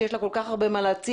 שיש לה כל כך הרבה מה להציע.